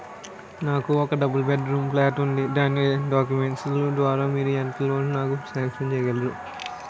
నాకు ఒక double bedroom flat ఉంది దాని డాక్యుమెంట్స్ లు ద్వారా మీరు ఎంత లోన్ నాకు సాంక్షన్ చేయగలరు?